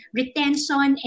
retention